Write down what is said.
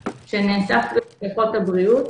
(ד) שר הבריאות